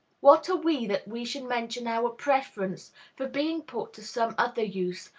what are we that we should mention our preference for being put to some other use,